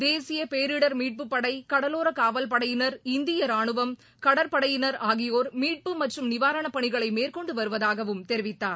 தேசியபேரிடர் மீட்பு படை கடலோரகாவல் படையினர் இந்தியரானுவம் கடற்படையினர் ஆகியோர் மீட்பு மற்றும் நிவாரணப்பணிகளைமேற்கொண்டுவருவதாகவும் தெரிவித்தார்